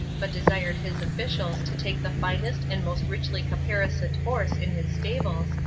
but desired his officials to take the finest and most richly caparisoned horse in his stables,